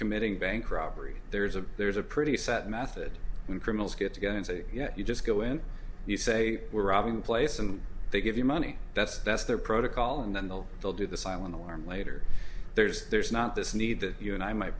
committing bank robbery there's a there's a pretty set method when criminals get together and say you know you just go in you say we're robbing place and they give you money that's that's their protocol and then they'll they'll do the silent alarm later there's there's not this need that you and i might